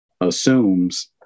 assumes